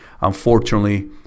Unfortunately